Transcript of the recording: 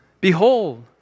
Behold